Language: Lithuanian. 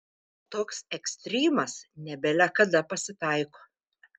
toks ekstrymas ne bele kada pasitaiko